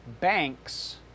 banks